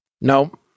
No